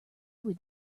would